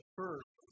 first